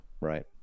right